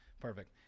Perfect